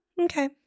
Okay